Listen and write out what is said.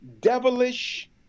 devilish